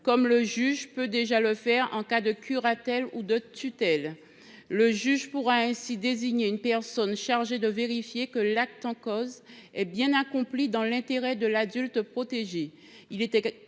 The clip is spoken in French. comme le juge peut déjà le faire en cas de curatelle ou de tutelle. Ce dernier pourra ainsi désigner une personne chargée de vérifier que l’acte en cause est bien accompli dans l’intérêt de l’adulte protégé.